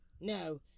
No